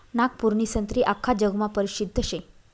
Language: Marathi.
नागपूरनी संत्री आख्खा जगमा परसिद्ध शे